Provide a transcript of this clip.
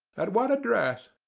at what address?